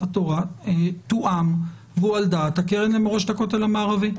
תורה תואם והוא על דעת הקרן למורשת הכותל המערבי?